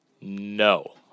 No